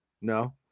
No